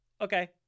Okay